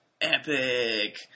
epic